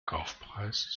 kaufpreis